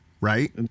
right